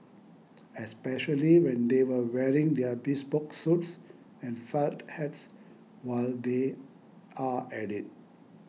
especially when they were wearing their bespoke suits and felt hats while they are at it